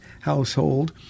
household